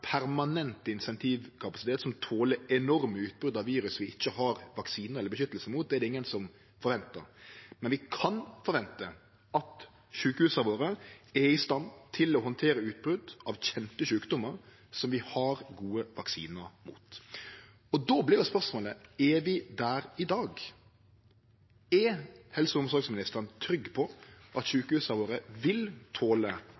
permanent intensivkapasitet som toler enorme utbrot av virus vi ikkje har vaksine eller beskyttelse mot. Det er det ingen som forventar, men vi kan forvente at sjukehusa våre er i stand til å handtere utbrot av kjende sjukdomar som vi har gode vaksinar mot. Då vert spørsmålet: Er vi der i dag? Er helse- og omsorgsministeren trygg på at